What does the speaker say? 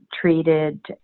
treated